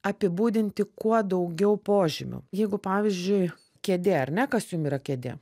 apibūdinti kuo daugiau požymių jeigu pavyzdžiui kėdė ar ne kas jum yra kėdė